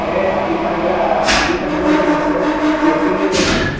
नाही हार्दिक पांड्याला आं आं हार्दिक पांड्यासारखी आमच्याकडं वेस्टिंग लाईट असते